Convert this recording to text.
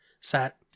sat